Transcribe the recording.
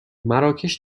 مراکش